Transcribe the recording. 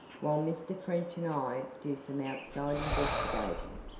while mr. french and i do some outside investigating.